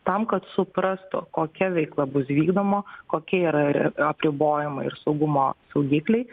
tam kad suprastų kokia veikla bus vykdoma kokia yra ir apribojimai ir saugumo saugikliai